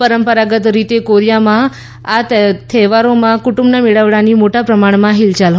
પરંપરાગત રીતે કોરિયામાં આ થેવારોમાં કુટુંબના મેળાવડાની મોટા પ્રમાણમાં હિલચાલ હોય છે